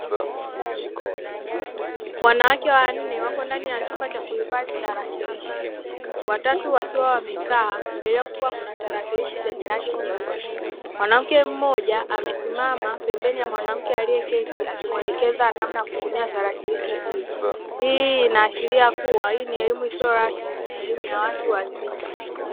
Wanawake wanne wapo ndani ya chumba cha kuhifadhi tarakilishi, watatu wakiwa wamekaa mbele yao kukiwa na tarakilishi zenye rangi nyeusi. Mwanamke mmoja amesimama pembeni ya mwanamke aliyeketi, akimuelekeza namna ya kutumia tarakilishi hiyo. Hii inaashiria kuwa ni elimu isiyo rasmi, ni elimu ya watu wazima.